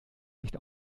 nicht